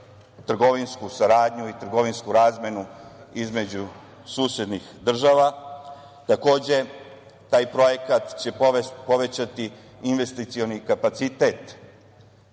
trgovinsku saradnju i trgovinsku razmenu između susednih država. Takođe, taj projekat će povećati investicioni kapacitet